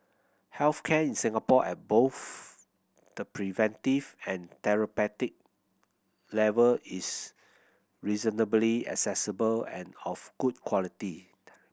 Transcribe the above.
health care in Singapore at both the preventive and therapeutic level is reasonably accessible and of good quality